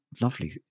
lovely